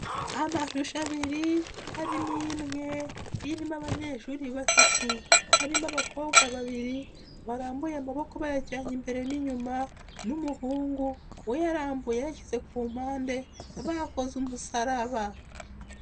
Amashusho ababiri harimo imwe irimo abanyeshuri batatu harimo abakobwa babiri barambuye amaboko bayajyanye imbere n'inyuma n'umuhungu we ayarambuye ayanshyize ku mpande bakoze umusaraba.